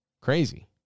crazy